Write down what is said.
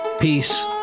peace